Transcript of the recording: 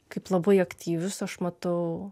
kaip labai aktyvius aš matau